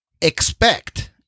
expect